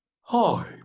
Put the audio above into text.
Hi